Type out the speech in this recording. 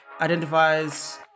identifies